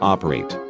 Operate